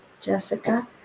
Jessica